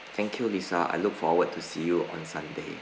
thank you lisa I look forward to see you on sunday